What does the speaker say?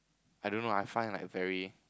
I don't know I find like very